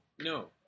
No